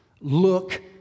Look